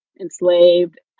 enslaved